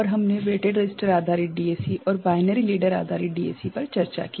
और हमने weighted register आधारित डीएसी और बाइनरी लैडर आधारित डीएसी पर चर्चा की